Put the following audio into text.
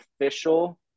official